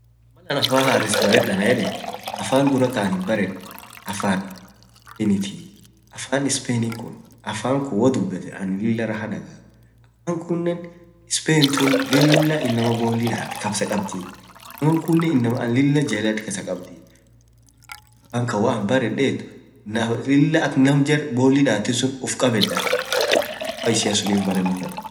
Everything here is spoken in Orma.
afaan haress bared anan yedeen woan duraa taanin itoo afaan spainitii lilaa raha dagea, spain tuun lilaa inama bolii daat kasa kaabdi inaman kuunen inamaa anin lilaa jelad kasaa kabaa afaan kaan malaan baredeet lilaa akk nam bolii datuu suun uff kabeeda, afan ishia sunnif bareno fedaa.